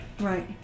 Right